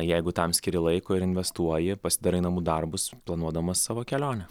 jeigu tam skiri laiko ir investuoji pasidarai namų darbus planuodamas savo kelionę